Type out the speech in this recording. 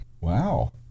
Wow